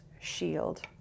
shield